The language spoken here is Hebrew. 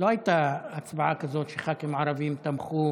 לא הייתה הצבעה כזאת שח"כים ערבים תמכו